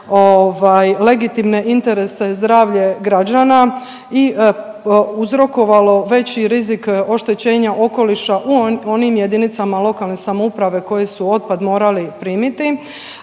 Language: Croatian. legitimne interese, zdravlje građana i uzrokovalo veći rizik oštećenja okoliša u onim jedinicama lokalne samouprave koje su otpad morale primiti.